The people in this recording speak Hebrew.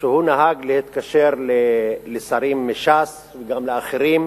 שהוא נהג להתקשר לשרים מש"ס, וגם לאחרים,